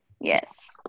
Yes